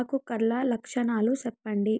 ఆకు కర్ల లక్షణాలు సెప్పండి